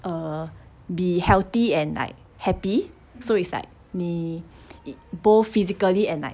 err be healthy and like happy so it's like be both physically and like